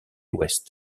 ouest